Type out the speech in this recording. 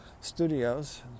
studios